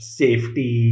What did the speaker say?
safety